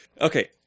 Okay